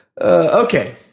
Okay